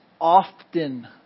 often